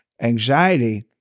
Anxiety